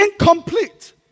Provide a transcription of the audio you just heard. incomplete